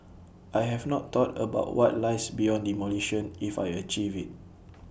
I have not thought about what lies beyond demolition if I achieve IT